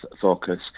focus